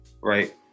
right